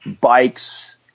bikes